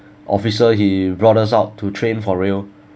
officer he brought us out to train for real